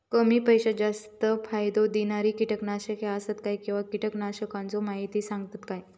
कमी पैशात जास्त फायदो दिणारी किटकनाशके आसत काय किंवा कीटकनाशकाचो माहिती सांगतात काय?